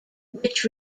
which